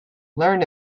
learn